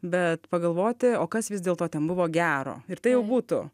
bet pagalvoti o kas vis dėlto ten buvo gero ir tai jau būtų